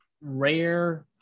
rare